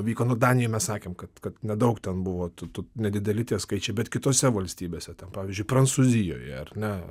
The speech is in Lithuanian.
vyko nu danijoj mes sakėm kad kad nedaug ten buvo tų tų nedideli tie skaičiai bet kitose valstybėse pavyzdžiui prancūzijoje ar ne